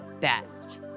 best